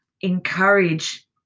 encourage